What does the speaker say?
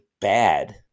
bad